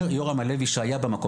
אומר יורם הלוי שהיה במקום,